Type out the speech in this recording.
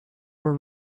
were